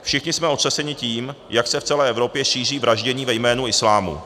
Všichni jsme otřeseni tím, jak se v celé Evropě šíří vraždění ve jménu islámu.